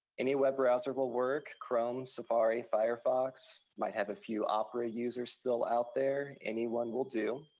any web browser will work, chrome, safari, firefox, might have a few opera users still out there. any one will do.